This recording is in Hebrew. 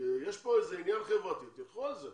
יש פה איזה עניין חברתי, תלכו על זה.